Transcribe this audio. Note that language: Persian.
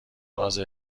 واضح